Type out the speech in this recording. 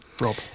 Rob